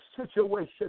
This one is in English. situation